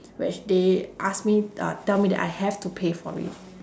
which they ask me ah tell me that I have to pay for it